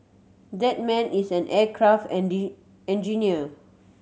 that man is an aircraft engineer